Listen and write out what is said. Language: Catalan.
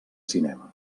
cinema